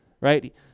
Right